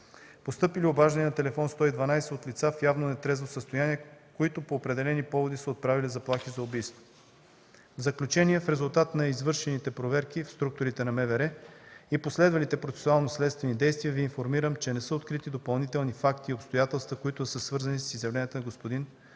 постъпили обаждания на телефон 112 от лица в явно нетрезво състояние, които по определени поводи са отправяли заплахи за убийство. В заключение, в резултат на извършените проверки в структурите на МВР и последвалите процесуално-следствени действия констатираме, че не са открити допълнителни факти и обстоятелства, които да са свързани с изявленията на господин